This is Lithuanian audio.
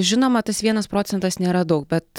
žinoma tas vienas procentas nėra daug bet